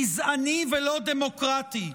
גזעני ולא דמוקרטי.